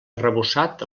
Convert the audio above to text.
arrebossat